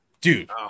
Dude